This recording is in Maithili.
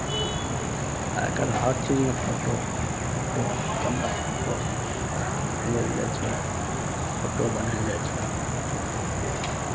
आइ काल्हि हर चीजमे फोटो फोटो कैमरासँ फोटो लेल जाइ छै फोटो बनायल जाइ छै